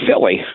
Philly